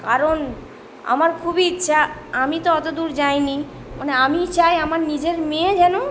কারণ আমার খুবই ইচ্ছা আমি তো অত দূর যাইনি মানে আমি চাই আমার নিজের মেয়ে যেন